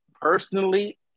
Personally